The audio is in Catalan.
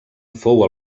fou